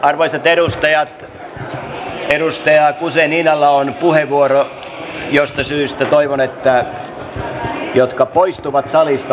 arvoisat edustajat edustaja guzeninalla on puheenvuoro mistä syystä toivon että ne jotka poistuvat salista osaavat tehdä sen vähän hiljaisemmin äänin